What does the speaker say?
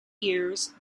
years